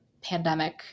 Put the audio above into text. pandemic